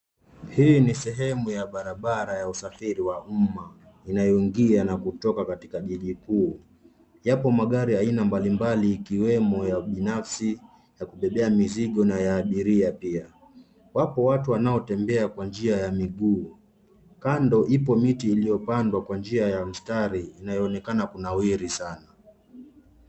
Hii ni sehemu ya barabara ya usafiri wa umma inayoingia na kutoka katika jiji kuu. Yapo magari aina mbalimbali ikiwemo ya binafsi, ya kubebea mizigo na ya abiria pia. Wapo watu wanaotembea kwa njia ya miguu. Kando ipo miti iliyopandwa kwa njia ya mstari inayoonekana kunawiri sana.